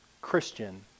Christian